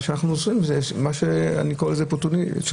מה שאנחנו עושים, אני קורא לזה "פוטיניזציה".